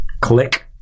Click